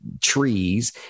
trees